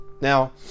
Now